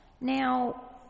Now